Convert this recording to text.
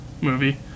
movie